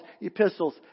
epistles